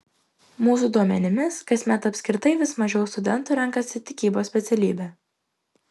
mūsų duomenimis kasmet apskritai vis mažiau studentų renkasi tikybos specialybę